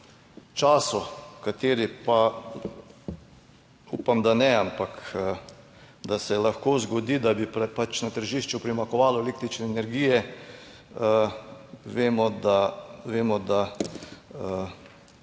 času, v kateri pa upam, da ne, ampak da se lahko zgodi, da bi pač na tržišču primanjkovalo električne energije, vemo, da